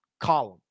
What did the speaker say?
column